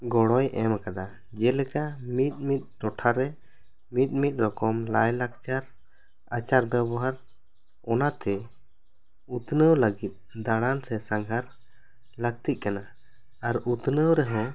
ᱜᱚᱲᱚᱭ ᱮᱢ ᱟᱠᱟᱫᱟ ᱡᱮ ᱞᱮᱠᱟ ᱢᱤᱫ ᱢᱤᱫ ᱴᱚᱴᱷᱟ ᱨᱮ ᱢᱤᱫ ᱢᱤᱫ ᱨᱚᱠᱚᱢ ᱞᱟᱭ ᱞᱟᱠᱪᱟᱨ ᱟᱪᱟᱨ ᱵᱮᱵᱷᱟᱨ ᱚᱱᱟᱛᱮ ᱩᱛᱱᱟᱹᱣ ᱞᱟᱹᱜᱤᱫ ᱫᱟᱬᱟᱱ ᱥᱮ ᱥᱟᱸᱜᱷᱟᱨ ᱞᱟᱹᱠᱛᱤᱜ ᱠᱟᱱᱟ ᱟᱨ ᱩᱛᱱᱟᱹᱣ ᱨᱮᱦᱚᱸ